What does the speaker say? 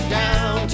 down